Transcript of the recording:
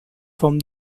from